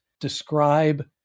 describe